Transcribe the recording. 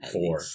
Four